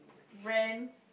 brands